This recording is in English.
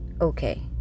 okay